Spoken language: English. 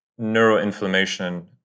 neuroinflammation